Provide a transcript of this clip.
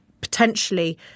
potentially